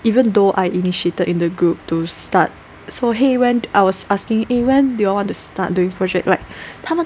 even though I initiated in the group to start so !hey! when I was asking eh when do y'all want to start doing project like 他们